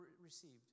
received